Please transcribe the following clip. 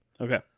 Okay